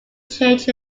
change